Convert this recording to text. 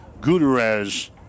Gutierrez